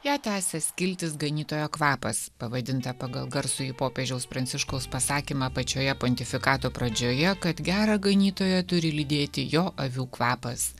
ją tęsia skiltis ganytojo kvapas pavadinta pagal garsųjį popiežiaus pranciškaus pasakymą pačioje pontifikato pradžioje kad gerą ganytoją turi lydėti jo avių kvapas